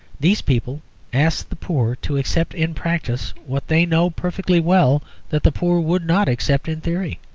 these people ask the poor to accept in practice what they know perfectly well that the poor would not accept in theory.